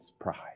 pride